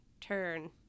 turn